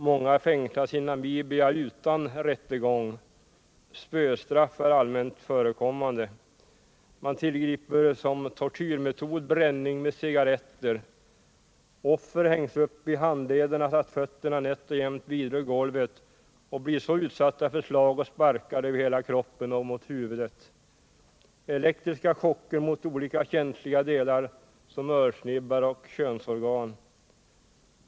Många fängslas i Namibia utan rättegång. Spöstraff är allmänt förekommande. Man tillgriper som tortyrmetod bränning med cigaretter. Offer hängs upp i handlederna så att fötterna nätt och jämt vidrör golvet och blir så utsatta för slag och sparkar över hela kroppen och mot huvudet. Elektriska chocker ges mot olika känsliga delar som örsnibbar och könsorgan.